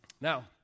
Now